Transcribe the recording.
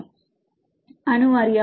மாணவர் அணு வாரியாக